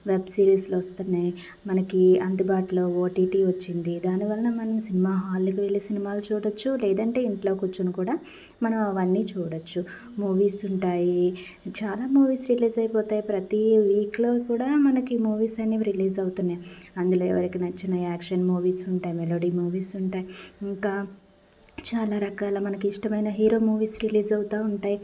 web సిరీస్లో వస్తున్నాయి మనకి అందుబాటులో ఓటిటి వచ్చింది దానివల్ల మనం సినిమా హాల్కి వెళ్లి సినిమాలు చూడొచ్చు లేదంటే ఇంట్లో కూర్చుని కూడా మనం అవన్నీ చూడొచ్చు మూవీస్ ఉంటాయి చాలా మూవీస్ రిలీజ్ అయిపోతాయి ప్రతి వీక్లో కూడా మనకి మూవీస్ అనేవి రిలీజ్ అవుతున్నాయి అందులో ఎవరికి నచ్చిన యాక్షన్ మూవీస్ ఉంటాయి మెలోడీ మూవీస్ ఉంటాయి ఇంకా చాలా రకాల మనకు ఇష్టమైన హీరో మూవీస్ రిలీజ్ అవుతూ ఉంటాయి